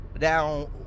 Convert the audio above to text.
now